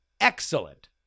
excellent